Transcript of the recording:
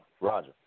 Roger